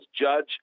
judge